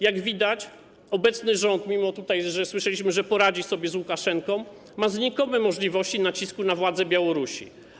Jak widać, obecny rząd, mimo że słyszeliśmy tutaj, że poradzi sobie z Łukaszenką, ma znikome możliwości nacisku na władze Białorusi.